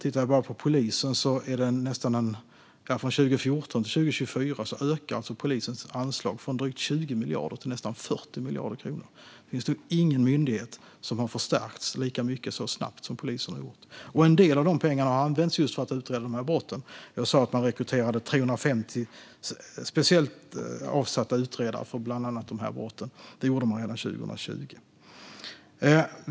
Om man tittar bara på polisen ökar deras anslag 2014-2024 från drygt 20 miljarder kronor till nästan 40 miljarder kronor. Det finns nog ingen myndighet som har förstärkts lika mycket så snabbt som polisen. En del av dessa pengar har använts just för att utreda dessa brott. Jag sa att man redan 2020 rekryterade 350 speciellt avsatta utredare för bland annat dessa brott.